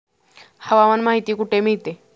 हवामान माहिती कुठे मिळते?